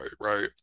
Right